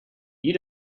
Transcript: you